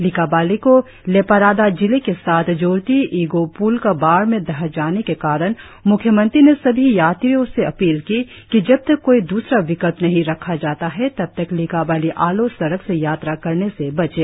लिकाबाली को लेपारादा जिले के साथ जोड़ती एगो प्ल का बाढ़ में ढह जाने के कारण म्ख्यमंत्री ने सभी यात्रियों से अपील की कि जब तक कोई दूसरा विकल्प नहीं रखा जाता है तब तक लिकाबाली आलो सड़क से यात्रा करने से बचे